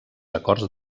acords